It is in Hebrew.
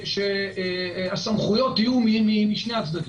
המטרה היא שהסמכויות יהיו משני הצדדים.